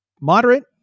Moderate